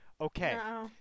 Okay